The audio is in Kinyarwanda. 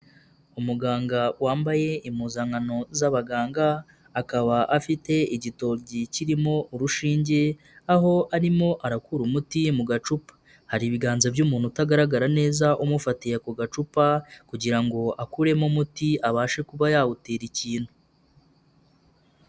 Umuganga wambaye impuzankano z'abaganga, akaba afite igitoryi kirimo urushinge, aho arimo arakura umuti mu gacupa, hari ibiganza by'umuntu utagaragara neza umufatiye ako gacupa kugira ngo akuremo umuti, abashe kuba yawutera ikintu.